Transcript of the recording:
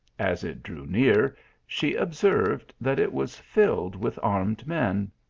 as it drew near she observed that it was filled with armed men.